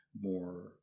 more